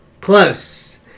Close